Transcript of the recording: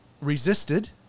resisted